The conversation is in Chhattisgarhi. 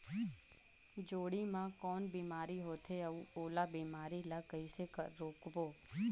जोणी मा कौन बीमारी होथे अउ ओला बीमारी ला कइसे रोकबो?